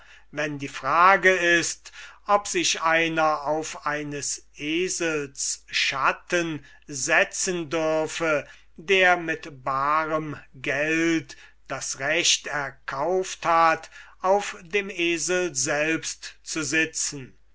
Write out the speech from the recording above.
wenn die frage ist ob sich einer auf eines esels schatten setzen dürfe wenn er mit barem geld das recht erkauft hat auf dem esel selbst zu sitzen